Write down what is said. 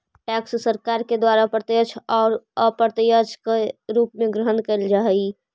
tax सरकार के द्वारा प्रत्यक्ष अउ अप्रत्यक्ष कर के रूप में ग्रहण कैल जा हई